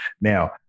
Now